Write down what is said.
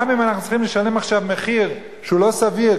גם אם אנחנו צריכים לשלם עכשיו מחיר שהוא לא סביר,